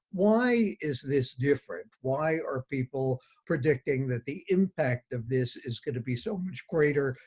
why is this different? why are people predicting that the impact of this is going to be so much greater?